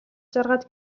жаргал